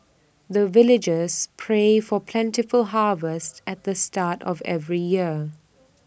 the villagers pray for plentiful harvest at the start of every year